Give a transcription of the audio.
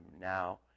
now